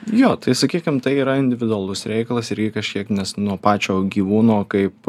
jo tai sakykim tai yra individualus reikalas irgi kažkiek nes nuo pačio gyvūno kaip